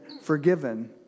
forgiven